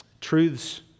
truths